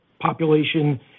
population